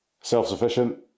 self-sufficient